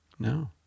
No